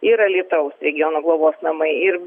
ir alytaus regiono globos namai ir